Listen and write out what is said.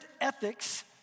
ethics